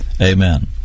Amen